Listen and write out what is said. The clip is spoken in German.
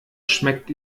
schmeckt